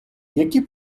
які